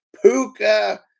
Puka